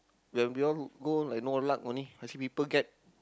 when we all go like no luck only I see people get